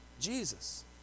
jesus